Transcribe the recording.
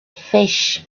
fish